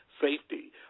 safety